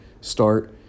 start